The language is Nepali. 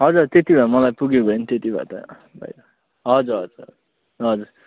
हजुर त्यति भए मलाई पुग्यो गयो नि त्यति भए त भइगयो हजुर हजुर हजुर